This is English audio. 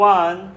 one